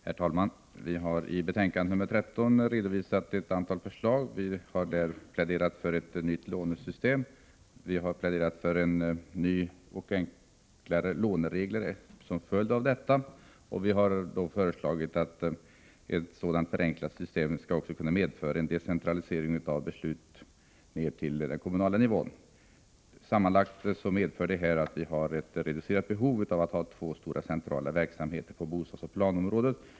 Herr talman! I reservationer som finns fogade till betänkande 14 från bostadsutskottet redovisar vi ett antal förslag. Vi har pläderat för ett nytt lånesystem, för nya och enklare låneregler, och vi har föreslagit att ett sådant förenklat system också skall kunna medföra en decentralisering av beslut ner till den kommunala nivån. Sammantaget medför detta ett reducerat behov av att ha två stora centrala verk på bostadsoch planområdet.